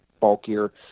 bulkier